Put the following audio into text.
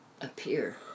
appear